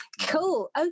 cool